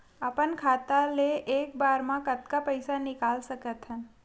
अपन खाता ले एक बार मा कतका पईसा निकाल सकत हन?